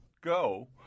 Go